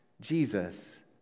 Jesus